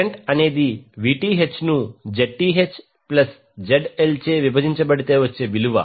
current అనేది Vth ను Zth plus ZL చే విభజించబడితే వచ్చే విలువ